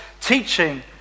teaching